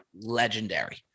Legendary